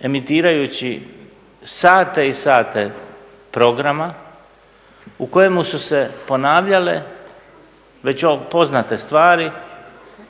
emitirajući sate i sate programa u kojemu su se ponavljale već poznate stvari